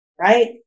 right